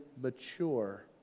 mature